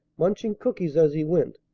munching cookies as he went,